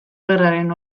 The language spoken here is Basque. gerraren